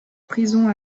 prison